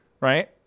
right